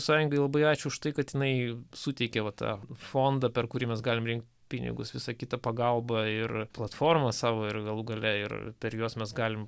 sąjungai labai ačiū už tai kad jinai suteikė va tą fondą per kurį mes galim rinkt pinigus visą kitą pagalbą ir platformą savo ir galų gale ir per juos mes galim